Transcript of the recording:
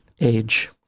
age